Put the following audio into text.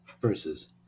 verses